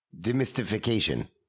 Demystification